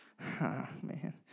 man